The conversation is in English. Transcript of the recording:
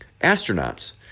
astronauts